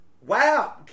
Wow